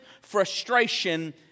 frustration